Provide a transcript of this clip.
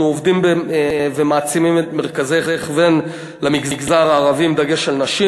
אנחנו עובדים ומעצימים את מרכזי ההכוון למגזר הערבי עם דגש על נשים.